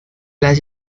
las